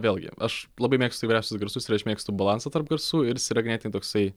vėlgi aš labai mėgstu įvairiausius garsus ir aš mėgstu balansą tarp garsų ir jis yra ganėtinai toksai